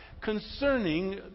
concerning